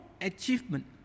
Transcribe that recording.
achievement